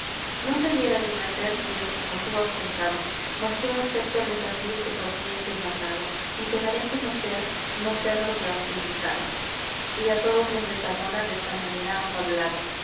non debiera yo nacer si es como tú has contado mas yo acepto el desafío que por ti es demandado y te daré á conocer no ser lo que has publicado y á todos los de zamora desta manera ha fablado